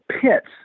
pits